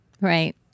Right